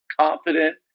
confident